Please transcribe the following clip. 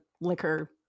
liquor-